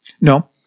No